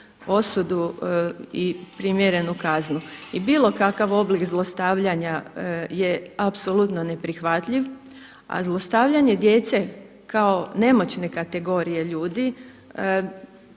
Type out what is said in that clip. osudu i primjerenu kaznu. I bilo kakav oblik zlostavljanja je apsolutno neprihvatljiv a zlostavljanje djece kao nemoćne kategorije ljudi